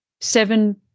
seven